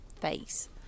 face